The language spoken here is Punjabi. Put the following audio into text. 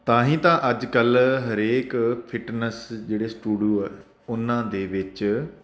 ਤਾਂ ਹੀ ਤਾਂ ਅੱਜ ਕੱਲ੍ਹ ਹਰੇਕ ਫਿਟਨੈਸ ਜਿਹੜੇ ਸਟੂਡੀਓ ਆ ਉਹਨਾਂ ਦੇ ਵਿੱਚ